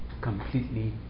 completely